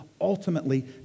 ultimately